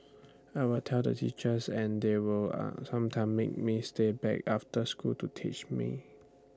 I'll tell the teachers and they will sometimes make me stay back after school to teach me